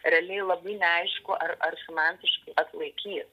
realiai labai neaišku ar ar finansiškai atlaikys